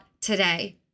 today